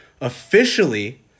officially